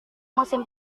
musim